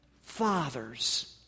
fathers